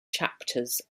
chapters